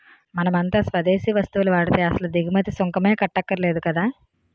మనమంతా స్వదేశీ వస్తువులు వాడితే అసలు దిగుమతి సుంకమే కట్టక్కర్లేదు కదా